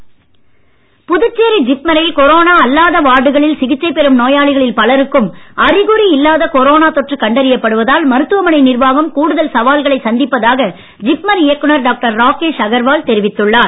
ஜிப்மர் புதுச்சேரி ஜிப்மரில் கொரோனா அல்லாத வார்டுகளில் சிகிச்சை பெரும் நோயாளிகளில் பலருக்கும் அறிகுறி இல்லாத கொரோனா தொற்று கண்டறியப்படுவதால் மருத்துவமனை நிர்வாகம் கூடுதல் சவால்களை சந்திப்பதாக ஜிப்மர் இயக்குநர் டாக்டர் ராக்கேஷ் அகர்வால் தெரிவித்துள்ளார்